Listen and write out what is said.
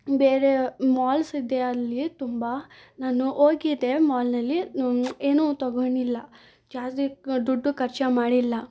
ಬೇರೆ ಮಾಲ್ಸ್ ಇದೆ ಅಲ್ಲಿ ತುಂಬ ನಾನು ಹೋಗಿದ್ದೆ ಮಾಲ್ನಲ್ಲಿ ಏನೂ ತಗೊಂಡಿಲ್ಲ ಜಾಸ್ತಿ ದುಡ್ಡು ಖರ್ಚು ಮಾಡಿಲ್ಲ